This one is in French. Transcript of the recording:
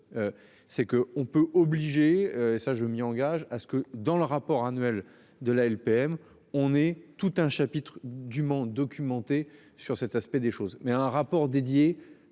C'est que on peut obliger et ça je m'y engage à ce que dans le rapport annuel de la LPM. On est tout un chapitre du Mans documenté sur cet aspect des choses mais un rapport dédié